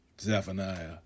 Zephaniah